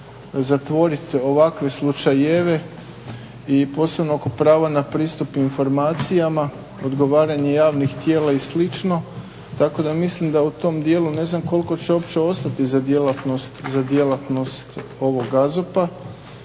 zatvoriti ovakve slučajeve i posebno oko prava na pristup informacijama, odgovaranje javnih tijela i slično. Tako da mislim da u tom dijelu ne znam koliko će uopće ostati za djelatnost ovog AZOP-a